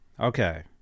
Okay